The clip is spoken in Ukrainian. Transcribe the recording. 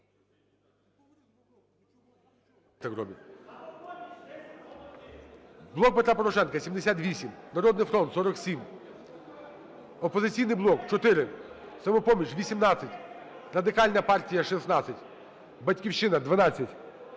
"Блок Петра Порошенка" – 78, "Народний фронт" – 47, "Опозиційний блок" – 4, "Самопоміч" – 18, Радикальна партія – 16, "Батьківщина" – 12,